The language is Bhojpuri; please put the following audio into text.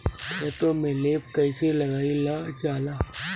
खेतो में लेप कईसे लगाई ल जाला?